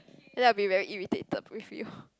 then I'll be very irritated with you